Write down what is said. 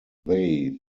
they